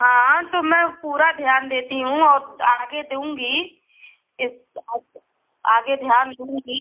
हाँ तो मैं पूरा ध्यान देती हूँ और आगे दूँगी इस अब आगे ध्यान दूँगी